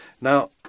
Now